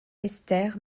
esther